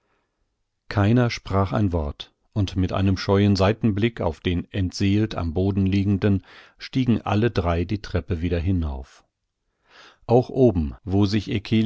keiner sprach ein wort und mit einem scheuen seitenblick auf den entseelt am boden liegenden stiegen alle drei die treppe wieder hinauf auch oben wo sich